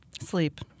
sleep